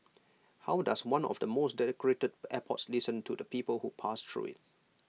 how does one of the most decorated airports listen to the people who pass through IT